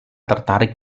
tertarik